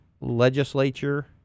legislature